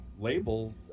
Label